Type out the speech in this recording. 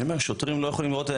אני אומר, שוטרים לא יכולים לראות.